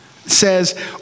says